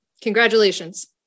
Congratulations